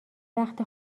وقت